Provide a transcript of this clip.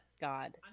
god